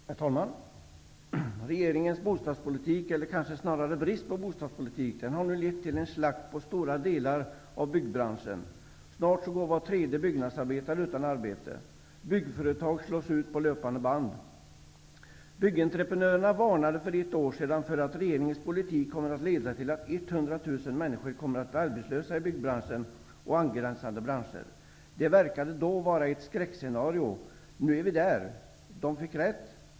Herr talman! Regeringens bostadspolitik, eller kanske snarare brist på bostadspolitik, har lett till en slakt av stora delar av byggbranschen. Snart går var tredje byggnadsarbetare utan arbete. Byggföretag slås ut på löpande band. För ett år sedan varnade Byggentreprenörerna och sade att regeringens politik kommer att leda till att 100 000 människor i byggbranschen och angränsande branscher blir arbetslösa. Då verkade det vara ett skräckscenario, men nu har vi den situationen. Man fick rätt.